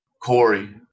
Corey